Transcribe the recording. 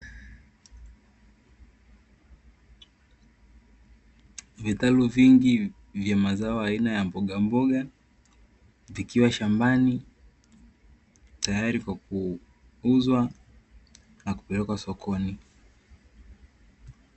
Vitalu vingi vya mazao aina ya mboga mboga vikiwa shambani, tayari kwa kuuzwa na kupelekwa sokoni.